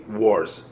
wars